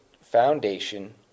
foundation